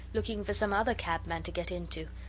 looking for some other cabman to get into,